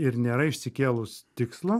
ir nėra išsikėlus tikslo